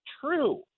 true